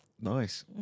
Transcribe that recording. Nice